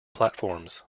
platforms